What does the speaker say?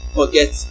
forget